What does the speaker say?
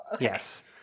Yes